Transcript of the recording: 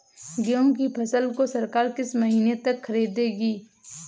गेहूँ की फसल को सरकार किस महीने तक खरीदेगी?